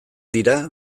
dira